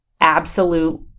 absolute